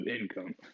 income